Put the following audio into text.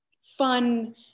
fun